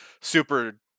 super